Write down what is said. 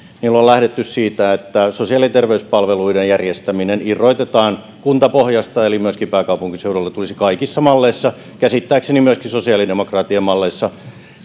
on lähdetty siitä että sosiaali ja terveyspalveluiden järjestäminen irrotetaan kuntapohjasta eli myöskin pääkaupunkiseudulla tulisi kaikissa malleissa käsittääkseni myöskin sosiaalidemokraattien mallissa